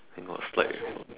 the got slide